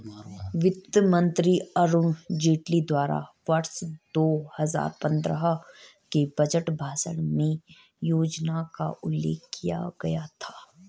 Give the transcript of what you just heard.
वित्त मंत्री अरुण जेटली द्वारा वर्ष दो हजार पन्द्रह के बजट भाषण में योजना का उल्लेख किया गया था